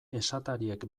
esatariek